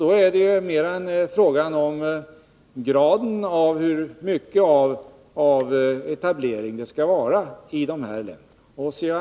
Då är det mer fråga om hur mycket av etablering det skall vara i dessa länder. C.-H.